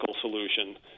solution